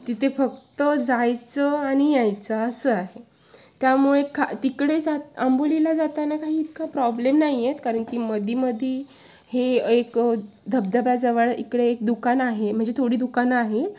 तिथे फक्त जायचं आणि यायचं असं आहे त्यामुळे खा तिकडे जात आंबोलीला जाताना काही इतका प्रॉब्लेम नाही येत कारण की मध्येमध्ये हे एक धबधब्याजवळ इकडे एक दुकान आहे म्हणजे थोडी दुकानं आहे